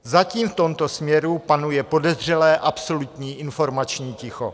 Zatím v tomto směru panuje podezřelé absolutní informační ticho.